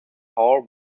hall